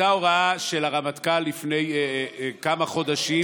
הייתה הוראה של הרמטכ"ל לפני כמה חודשים,